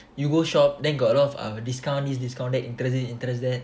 you go shop then got a lot of uh discount this discount that interest this interest that